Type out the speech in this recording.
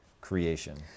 creation